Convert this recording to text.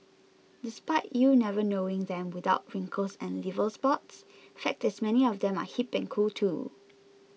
despite you never knowing them without wrinkles and liver spots fact is many of them are hip and cool too